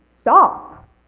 stop